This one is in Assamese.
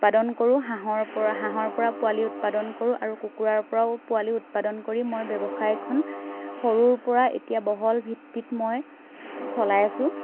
উৎপাদন কৰোঁ হাঁহৰ পৰা হাঁহৰ পৰা পোৱালি উৎপাদন কৰোঁ আৰু কুকুৰাৰ পৰাও পোৱালি উৎপাদন কৰি মই ব্যৱসায়খন সৰুৰ পৰা এতিয়া বহল ভিত্তিত মই চলাই আছোঁ